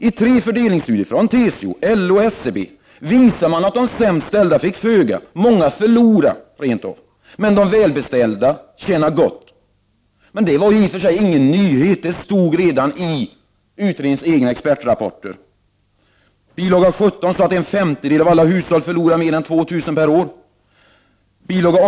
Av tre fördelningsstudier — från TCO, LO och SCB - framgick att de sämst ställda skulle få föga. Många skulle rent av förlora. Men de välbeställda skulle tjäna bra på reformen. Men det var i och för sig ingen nyhet. Det stod redan i utredningens egna expertrapporter. I bil. 17 kan man läsa att en femtedel av alla hushåll förlorar mer än 2000 kr. per år. Av bil.